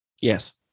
Yes